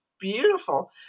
beautiful